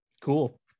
Cool